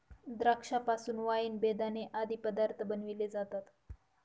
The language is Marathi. द्राक्षा पासून वाईन, बेदाणे आदी पदार्थ बनविले जातात